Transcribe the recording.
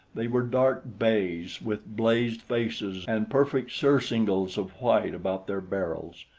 they were dark bays with blazed faces and perfect surcingles of white about their barrels.